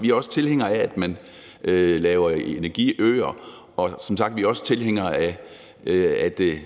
Vi er også tilhængere af, at man laver energiøer, og vi er som sagt også tilhængere af,